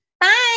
Bye